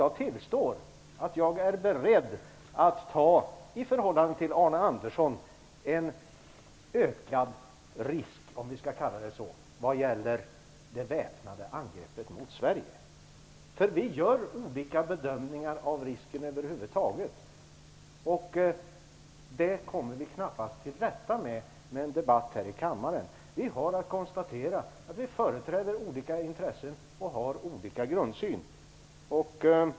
Jag tillstår att jag är beredd att ta en ökad risk i förhållande till Arne Andersson, om vi nu skall kalla det risk, vad gäller det väpnade angreppet mot Sverige. Vi gör olika bedömningar av risken över huvud taget, och det kommer vi knappast till rätta med genom en debatt här i kammaren. Vi har att konstatera att vi företräder olika intressen och har olika grundsyn.